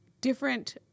different